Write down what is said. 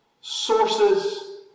sources